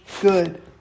good